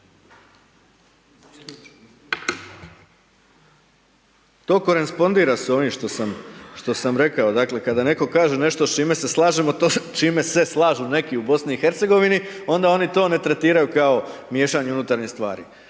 To korespondira s ovim što sam, što sam rekao, dakle, kada netko kaže nešto s čime se slažemo, to se, s čime se slažu neki u Bosni i Hercegovini, onda oni to ne tretiraju kao miješanje u unutarnje stvari.